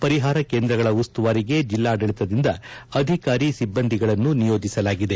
ಪರಿಹಾರ ಕೇಂದ್ರಗಳ ಉಸ್ತುವಾರಿಗೆ ಜಿಲ್ಲಾಡಳಿತದಿಂದ ಅಧಿಕಾರಿ ಸಿಬ್ಬಂದಿಗಳನ್ನು ನಿಯೋಜಿಸಲಾಗಿದೆ